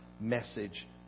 message